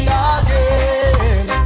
again